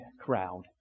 crowd